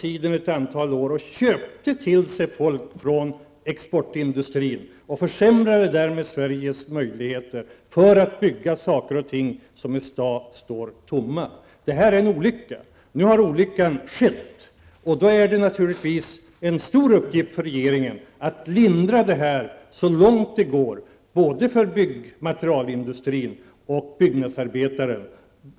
Under ett antal år köpte man till sig folk från exportindustrin -- och försämrade därmed Sveriges möjligheter -- för att bygga lokaler som i dag står tomma. Det är en olycka. Nu har olyckan skett, och då är det naturligtvis en stor uppgift för regeringen att lindra den så långt det går, både för byggmaterialindustrin och för byggnadsarbetarna.